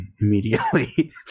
immediately